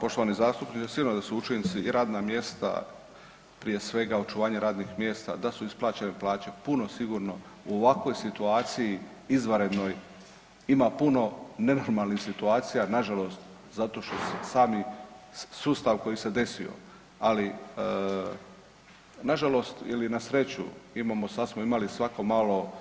Poštovani zastupniče sigurno da su učinci i radna mjesta, prije svega očuvanje radnih mjesta, da su isplaćene plaće, puno sigurno u ovakvoj situaciji izvanrednoj ima puno nenormalnih situacija nažalost zato što sami sustav koji se desio, ali nažalost ili na sreću imamo, sad smo imali svako malo